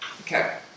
Okay